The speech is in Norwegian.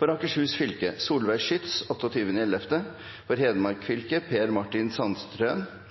For Akershus fylke: Solveig Schytz 28. november For Hedmark fylke: Per Martin Sandtrøen 29.–30. november For